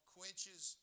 Quenches